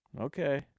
Okay